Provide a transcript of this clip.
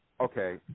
okay